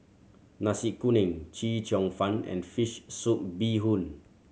Nasi Kuning Chee Cheong Fun and fish soup bee hoon